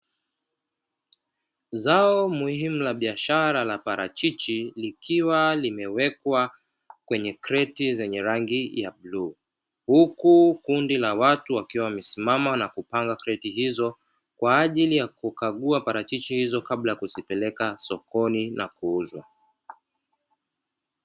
Zao muhimu la biashara la parachichi likiwa limewekwa kwenye kreti za rangi ya bluu, huku kundi la watu wakiwa wamesimama na kupanga kreti hizo, kwa ajili ya kugagua parachichi hizo na kuzipeleka sokoni na kuuzwa.